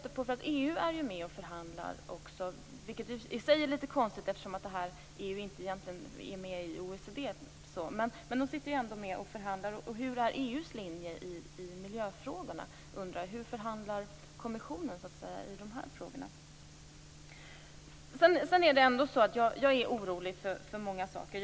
EU är också med och förhandlar, vilket i sig är litet konstigt, eftersom det egentligen är OECD:s avtal. Hur är EU:s linje i miljöfrågorna? Hur förhandlar kommissionen i de här frågorna? Jag är orolig för många saker.